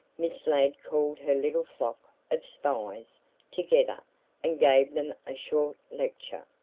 miss ladd called her little flock of spies together and gave them a short lecture.